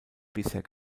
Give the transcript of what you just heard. bisher